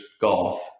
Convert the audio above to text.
golf